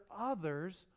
others